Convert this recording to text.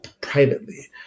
privately